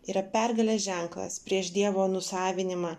yra pergalės ženklas prieš dievo nusavinimą